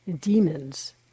demons